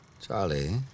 Charlie